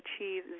achieve